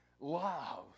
Love